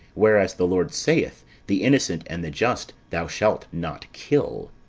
whereas the lord saith the innocent and the just thou shalt not kill.